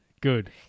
Good